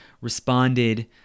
responded